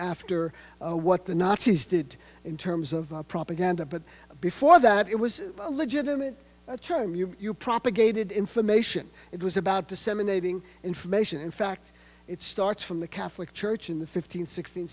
after what the nazis did in terms of propaganda but before that it was a legitimate term you propagated information it was about disseminating information in fact it starts from the catholic church in the fifteenth sixteen